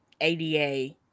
ADA